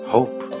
Hope